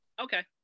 okay